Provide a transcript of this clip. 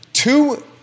Two